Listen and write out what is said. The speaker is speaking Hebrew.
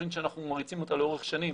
תוכנית שאנחנו מריצים אותה לאורך שנים,